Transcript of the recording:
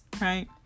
Right